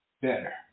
better